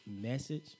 message